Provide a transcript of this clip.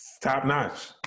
Top-notch